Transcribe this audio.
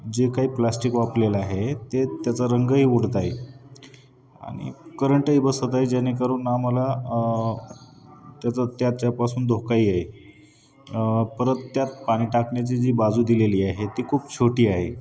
जे काही प्लास्टिक वापलेलं आहे ते त्याचं रंगही उडत आहे आणि करंटही बसत आहे जेणेकरून आम्हाला त्याचं त्याच्यापासून धोकाही आहे परत त्यात पाणी टाकण्याची जी बाजू दिलेली आहे ती खूप छोटी आहे